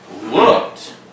looked